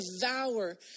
devour